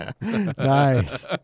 Nice